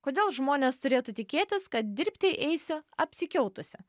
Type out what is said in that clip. kodėl žmonės turėtų tikėtis kad dirbti eisiu apsikiautusi